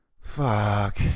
Fuck